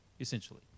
essentially